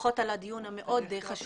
ברכות על הדיון המאוד חשוב,